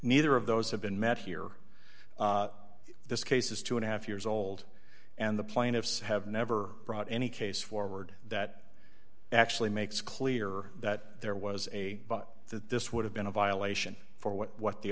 neither of those have been met here this case is two and a half years old and the plaintiffs have never brought any case forward that actually makes clear that there was a that this would have been a violation for what